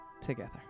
together